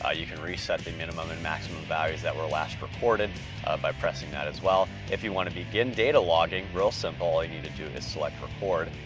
ah you can reset the minimum and maximum values that were last recorded by pressing that as well. if you wanna begin data logging, real simple, all ah you need to do is select record,